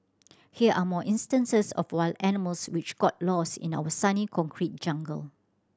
here are more instances of wild animals which got lost in our sunny concrete jungle